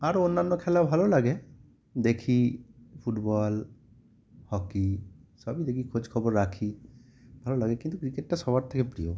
আরও অন্যান্য খেলা ভালো লাগে দেখি ফুটবল হকি সবই দেখি খোঁজখবর রাখি ভালো লাগে কিন্তু ক্রিকেটটা সবার থেকে প্রিয়